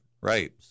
Right